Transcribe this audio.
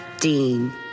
Dean